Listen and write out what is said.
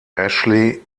ashley